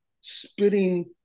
spitting